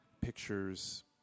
pictures